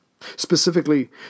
Specifically